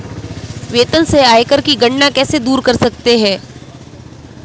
वेतन से आयकर की गणना कैसे दूर कर सकते है?